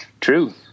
True